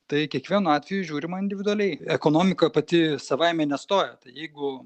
tai kiekvienu atveju žiūrima individualiai ekonomika pati savaime nestoja jeigu